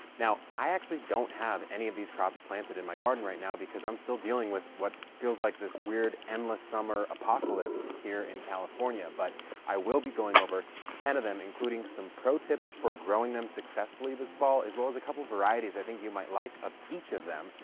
now, i actually don't have any of these crops planted in my garden right now because i'm still dealing with what feels like this weird, endless summer apocalypse here in california. but i will be going over ten of them, including some pro tips for growing them successfully this fall, as well as a couple of varieties i think you might like of each of them.